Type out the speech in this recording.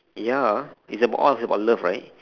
ya it's about all is about love right